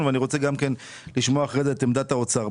ואני רוצה גם כן לשמוע אחרי זה את עמדת האוצר.